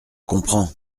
comprends